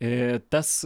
ee tas